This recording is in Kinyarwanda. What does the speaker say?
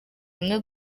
rimwe